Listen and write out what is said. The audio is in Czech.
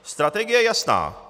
Strategie je jasná.